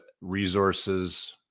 resources